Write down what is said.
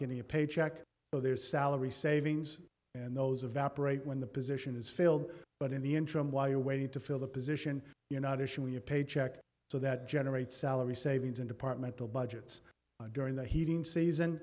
getting a paycheck or their salary savings and those evaporate when the position is failed but in the interim while you're waiting to fill the position you're not issuing a paycheck so that generates salary savings in departmental budgets during the heating season